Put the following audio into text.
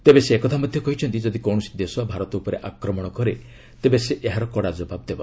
ତେବେ ସେ ଏକଥା ମଧ୍ୟ କହିଛନ୍ତି ଯଦି କୌଣସି ଦେଶ ଭାରତ ଉପରେ ଆକ୍ରମଣ କରେ ତେବେ ସେ ଏହାର କଡ଼ା ଜବାବ ଦେବ